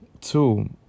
Two